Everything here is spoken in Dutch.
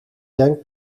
denk